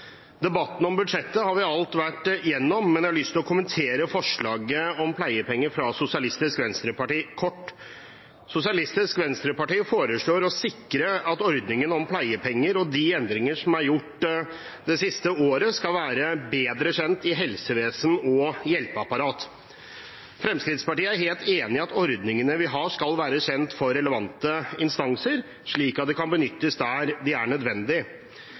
Debatten om budsjettet har vi alt vært gjennom, men jeg har lyst til kort å kommentere forslaget om pleiepenger fra Sosialistisk Venstreparti. Sosialistisk Venstreparti foreslår å sikre at ordningen med pleiepenger og de endringer som er gjort de siste årene, skal bli bedre kjent i helsevesen og hjelpeapparat. Fremskrittspartiet er helt enig i at ordningene vi har, skal være kjent for relevante instanser, slik at de kan benyttes der det er nødvendig.